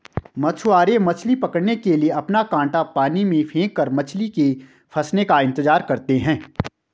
मछुआरे मछली पकड़ने के लिए अपना कांटा पानी में फेंककर मछली के फंसने का इंतजार करते है